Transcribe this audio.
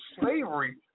slavery